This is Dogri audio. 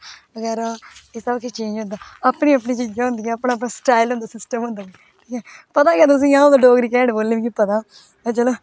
बगैरा एह् सब किश चेंज होई जंदा अपनी अपनी चिजां होंदियां अपना अपना स्टाइल होंदा सिस्टम होंदा अपना पता गै है तुसेगी आंऊ डोगरी केंन्ट बोलनी तुसेंगी पता पर चलो